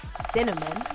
cinnamon,